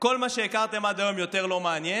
כל מה שהכרתם עד היום יותר לא מעניין.